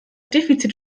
defizit